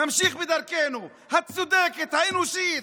נמשיך בדרכנו הצודקת, האנושית,